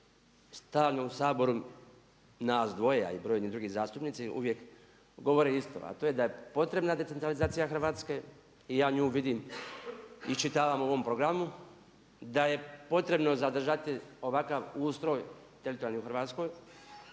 stalno u Saboru nas dvoje a i brojni drugi zastupnici uvijek govore isto a to je da je potrebna decentralizacija Hrvatske i ja nju vidim, iščitavam u ovom programu. Da je potrebno zadržati ovakav ustroj teritorijalni u Hrvatskoj